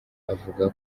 avuga